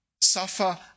suffer